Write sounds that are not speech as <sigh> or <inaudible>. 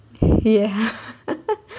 ya <laughs>